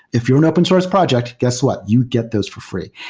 if you're an open source project, guess what? you get those for free.